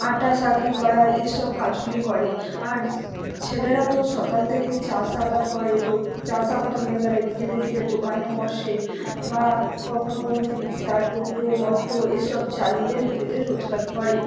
আটা চাকি করা এইসব কাজগুলি করে আর ছেলেরা তো সকাল থেকেই চাষাবাদ করে তো চাষাবাদ হয়ে গেলে বিকেলের দিকে দোকানে বসে বা কখনো কখনো রিকশা টোটো অটো এইসব চালিয়ে নিজেদের রোজগার করে